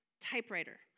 typewriter